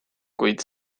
kuid